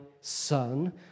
son